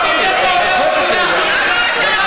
גמרנו.